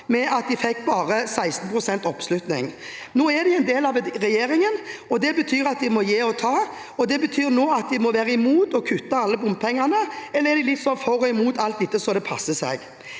med at de fikk bare 16 pst. oppslutning. Nå er de en del av regjeringen, og det betyr at de må gi og ta, og det betyr nå at de må være imot å kutte alle bompengene. Eller er de litt sånn for og imot alt ettersom det passer seg?